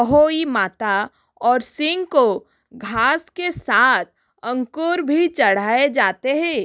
अहोई माता और सिंह को घास के सात अंकुर भी चढ़ाए जाते हैं